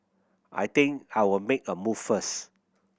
I think I'll make a move first